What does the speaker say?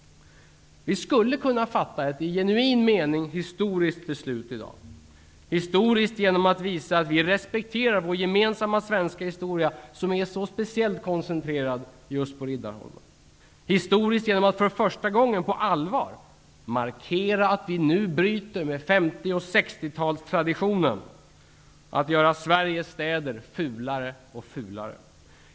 Vi skulle i dag kunna fatta ett i genuin mening historiskt beslut. Historiskt -- i den meningen att vi visar att vi respekterar vår gemensamma svenska historia, som är så koncentrerad till just Riddarholmen. Historiskt -- genom att för första gången på allvar markera att vi nu bryter med 50 och 60-tals-traditionen att göra Sveriges städer fulare och fulare.